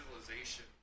Civilization